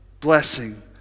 blessing